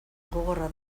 gogorra